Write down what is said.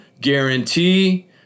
guarantee